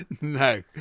No